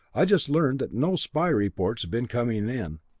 i've just learned that no spy reports have been coming in,